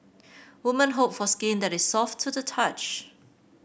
woman hope for skin that is soft to the touch